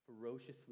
ferociously